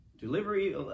Delivery